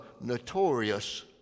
notorious